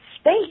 space